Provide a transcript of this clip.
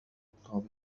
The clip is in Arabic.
الطابق